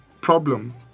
problem